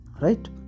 Right